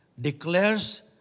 declares